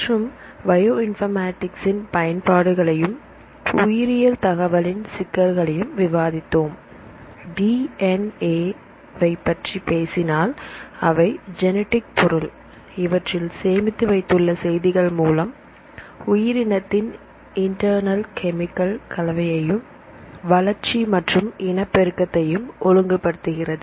மற்றும் bioinformatics இன் பயன்பாடுகளையும் உயிரியல் தகவலின் சிக்கல்களையும் விவாதித்தோம் டி என் ஏ வைப்பற்றி பேசினால் அவை ஜெனிடிக் பொருள் இவற்றில் சேமித்து வைத்துள்ள செய்திகள் மூலம் உயிரினத்தின் இன்டர்ணல் கெமிக்கல் கலவையையும் வளர்ச்சி மற்றும் இனப்பெருக்கத்தையும் ஒழுங்குபடுத்துகிறது